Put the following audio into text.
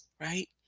right